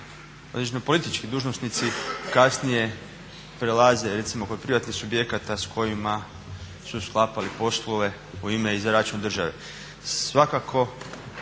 određeni politički dužnosnici kasnije prelaze recimo kod privatnih subjekata s kojima su sklapali poslove u ime i za račun države. Svakako